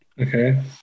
Okay